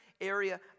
area